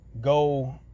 go